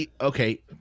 okay